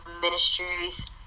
Ministries